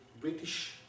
British